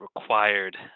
required